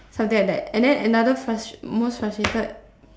something like that and then another frus~ most frustrated